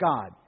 God